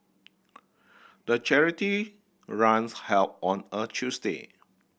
the charity runs held on a Tuesday